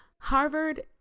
Harvard